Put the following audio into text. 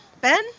Ben